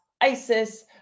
ISIS